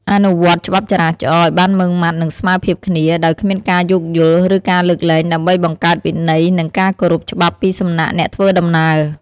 អនុវត្តច្បាប់ចរាចរណ៍ឱ្យបានម៉ឺងម៉ាត់ និងស្មើភាពគ្នា ដោយគ្មានការយោគយល់ ឬការលើកលែង ដើម្បីបង្កើតវិន័យ និងការគោរពច្បាប់ពីសំណាក់អ្នកធ្វើដំណើរ។